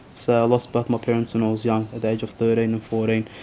so lost both my parents when i was young, at the age of thirteen and fourteen.